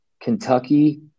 Kentucky